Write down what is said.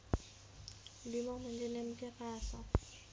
विमा म्हणजे नेमक्या काय आसा?